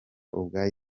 ubwayo